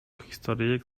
historyjek